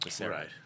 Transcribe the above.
Right